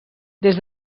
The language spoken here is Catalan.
des